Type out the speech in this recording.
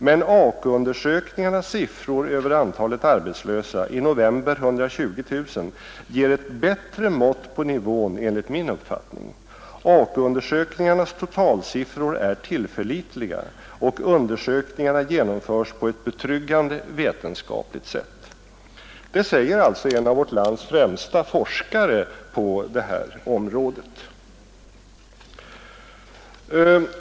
Men AK-undersökningarnas siffror över antalet arbetslösa ger ett bättre mått på nivån, enligt min uppfattning. AK-undersökningarnas totalsiffror är tillförlitliga, och undersökningarna genomförs på ett betryggande vetenskapligt sätt.” Det säger alltså en av vårt lands främsta forskare på det här området.